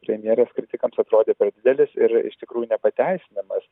premjerės kritikams atrodė per didelis ir iš tikrųjų nepateisinamas